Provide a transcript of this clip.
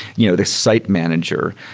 you know the site manager,